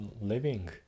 living